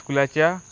स्कुलाच्या